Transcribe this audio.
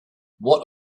what